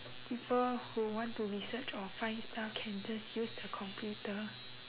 people who want to research or find stuff can just use the computer